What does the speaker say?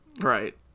Right